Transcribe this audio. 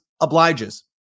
obliges